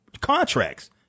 contracts